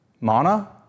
Mana